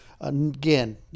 Again